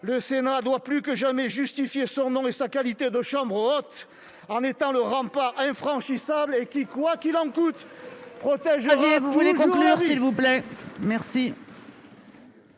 le Sénat doit plus que jamais justifier son nom et sa qualité de Chambre haute en étant le rempart infranchissable qui, et quoi qu'il en coûte, protégera toujours la vie